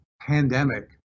pandemic